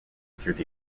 through